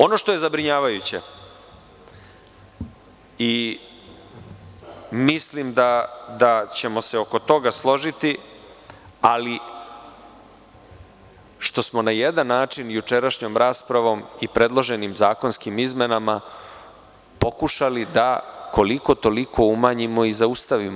Ono što je zabrinjavajuće i mislim da ćemo se oko toga složiti, što smo na jedan način jučerašnjom raspravom i predloženim zakonskim izmenama pokušali da koliko toliko umanjimo i zaustavimo.